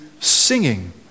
singing